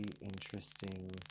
interesting